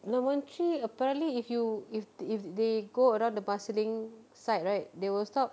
nine one three apparently if you if if they go around the marsiling side right they will stop